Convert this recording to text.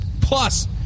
plus